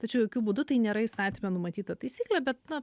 tačiau jokiu būdu tai nėra įstatyme numatyta taisyklė bet na